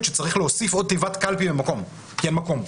שצריך להוסיף עוד תיבת קלפי במקום מסוים כי אין מקום.